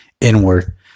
inward